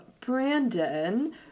Brandon